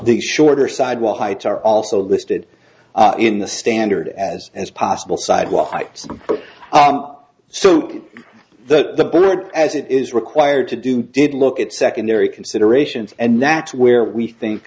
these shorter sidewall heights are also listed in the standard as as possible sidewalk heights so the bird as it is required to do did look at secondary considerations and that's where we think